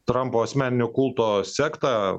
trampo asmeninio kulto sekta